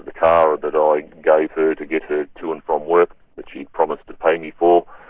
the car that i gave her to get her to and from work that she promised to pay me for,